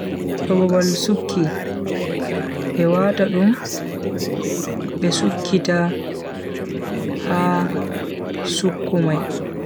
To babal sukki, be wata dum be sukkita ha sukku mai.